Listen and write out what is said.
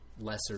lesser